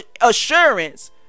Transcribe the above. assurance